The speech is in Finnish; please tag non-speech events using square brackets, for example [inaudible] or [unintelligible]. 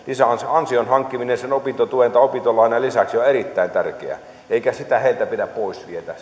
ansion hankkiminen opintotuen tai opintolainan lisäksi on erittäin tärkeää eikä sitä mahdollisuutta heiltä pidä pois viedä [unintelligible]